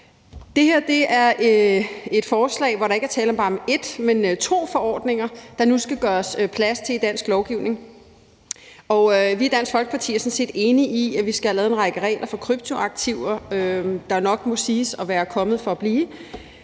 Det her er et forslag, hvor der ikke er tale om bare én, men om to forordninger, der nu skal gøres plads til i dansk lovgivning. Vi i Dansk Folkeparti er sådan set enige i, at vi skal have lavet en række regler for kryptoaktiver, der nok må siges at være kommet for at blive,